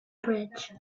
bridge